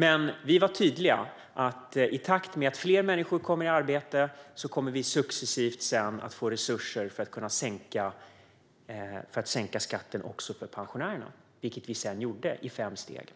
Men vi var tydliga med att i takt med att fler människor kommer i arbete kommer vi successivt att få resurser att sänka skatten också för pensionärerna, vilket vi sedan gjorde i fem steg.